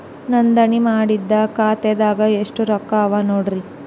ನೋಂದಣಿ ಮಾಡಿದ್ದ ಖಾತೆದಾಗ್ ಎಷ್ಟು ರೊಕ್ಕಾ ಅವ ನೋಡ್ರಿ